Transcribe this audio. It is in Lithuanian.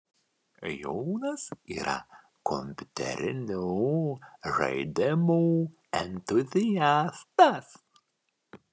jonas yra kompiuterinių žaidimų entuziastas